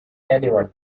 anyone